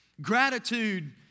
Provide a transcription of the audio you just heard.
Gratitude